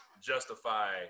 justify